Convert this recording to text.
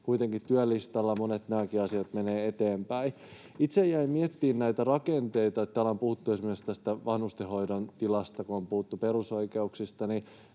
kuitenkin työlistalla. Monet näistäkin asioista menevät eteenpäin. Itse jäin miettimään näitä rakenteita. Täällä on puhuttu esimerkiksi tästä vanhustenhoidon tilasta, kun on puhuttu perusoikeuksista,